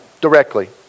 directly